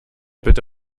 bitte